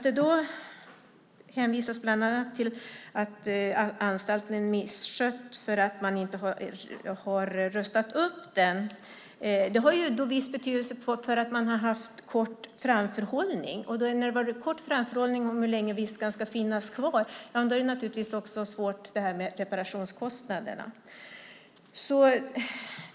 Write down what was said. Det hänvisas då bland annat till att anstalten är misskött för att man inte har rustat upp den, och det har viss betydelse för att man har haft kort framförhållning om hur länge Viskan ska finnas kvar. Då är det naturligtvis också svårt med reparationskostnaderna.